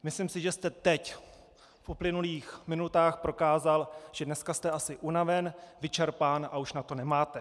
Myslím si, že jste teď v uplynulých minutách prokázal, že dneska jste asi unaven, vyčerpán a už na to nemáte.